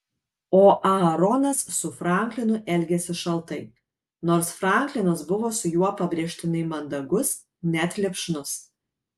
o aaronas su franklinu elgėsi šaltai nors franklinas buvo su juo pabrėžtinai mandagus net lipšnus